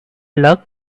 luck